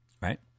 right